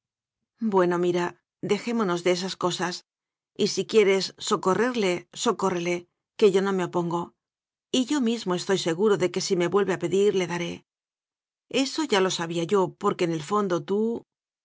bueno mira dejémonos de esas cosas y si quieres socorrerle socórrele que yo no me opongo y yo mismo estoy seguro de que si me vuelve a pedir le daré eso ya lo sabía yo porque en el fondo tú